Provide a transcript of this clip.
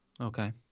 Okay